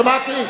שמעתי.